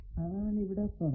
അതാണ് ഇവിടെ പറയുന്നത്